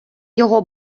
його